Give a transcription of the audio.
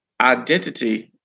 identity